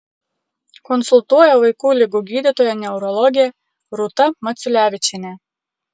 konsultuoja vaikų ligų gydytoja neurologė rūta maciulevičienė